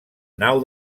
nau